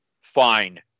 Fine